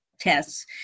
tests